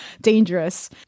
Dangerous